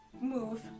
move